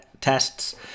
tests